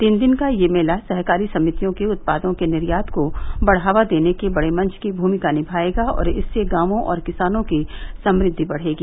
तीन दिन का यह मेला सहकारी समितियों के उत्पादों के निर्यात को बढ़ावा देने के बड़े मंच की भूमिका निमाएगा और इससे गांवों और किसानों की समृद्वि बढ़ेगी